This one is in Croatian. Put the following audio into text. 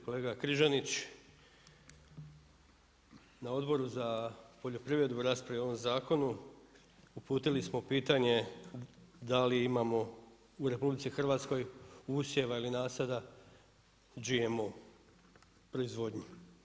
Kolega Križanić, na Odboru za poljoprivredu u raspravi o ovom zakonu, uputili smo pitanje da li imamo u RH usjeva ili nasada GMO proizvodnje.